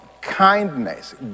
kindness